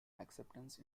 acceptance